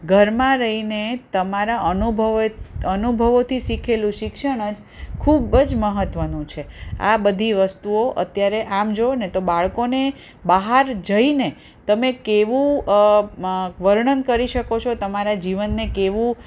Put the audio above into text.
ઘરમાં રહીને તમારા અનુભવે અનુભવોથી શીખેલું શિક્ષણ જ ખૂબ જ મહત્ત્વનું છે આ બધી વસ્તુઓ અત્યારે આમ જુઓ ને તો બાળકોને બહાર જઈને તમે કેવું વર્ણન કરી શકો છો તમારા જીવનને કેવું